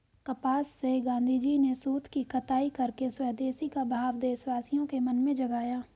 कपास से गाँधीजी ने सूत की कताई करके स्वदेशी का भाव देशवासियों के मन में जगाया